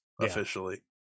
officially